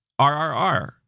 RRR